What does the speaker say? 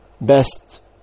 best